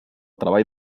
treball